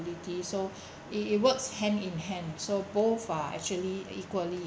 ability so it it works hand in hand so both are actually equally